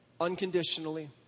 unconditionally